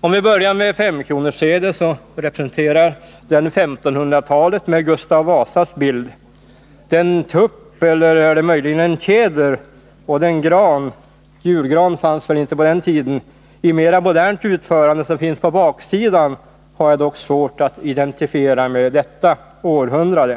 Om vi börjar med S5-kronorssedeln, så representerar den 1500-talet med Gustav Vasas bild. Den tupp, eller är det möjligen en tjäder, och den gran — julgran fanns väl inte på den tiden — i mera modernt utförande som finns på baksidan har jag dock svårt att identifiera med detta århundrade.